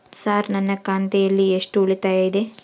Sir ನನ್ನ ಖಾತೆಯಲ್ಲಿ ಎಷ್ಟು ಉಳಿತಾಯ ಇದೆ?